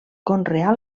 conrear